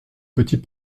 petit